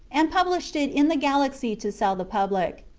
and published it in the galaxy to sell the public.